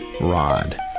rod